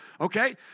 okay